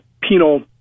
penal